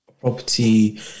property